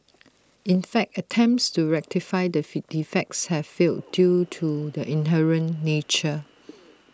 in fact attempts to rectify the defects have failed due to their inherent nature